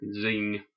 zing